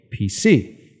PC